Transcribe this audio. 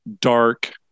dark